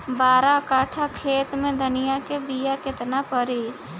बारह कट्ठाखेत में धनिया के बीया केतना परी?